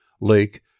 lake